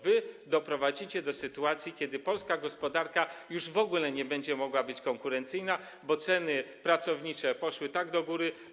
Wy doprowadzicie do sytuacji, że polska gospodarka już w ogóle nie będzie mogła być konkurencyjna, bo koszty pracownicze poszły do góry.